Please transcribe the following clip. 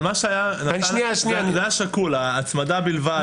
אבל מה שהיה זה היה שקול הצמדה בלבד.